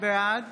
בעד